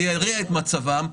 זה ירע את מצבם,